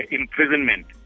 imprisonment